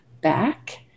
back